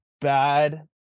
bad